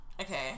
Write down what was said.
Okay